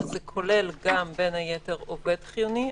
שזה כולל גם בין היתר עובד חיוני,